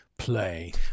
play